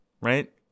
right